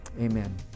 amen